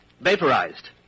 vaporized